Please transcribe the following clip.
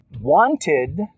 wanted